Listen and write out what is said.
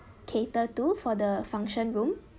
cater to for the function room